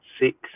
six